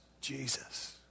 Jesus